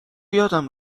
یادم